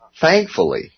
Thankfully